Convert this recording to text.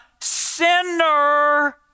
sinner